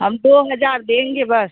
हम दो हज़ार देंगे बस